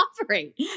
operate